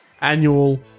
annual